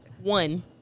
One